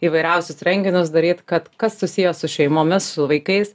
įvairiausius renginius daryt kad kas susiję su šeimomis su vaikais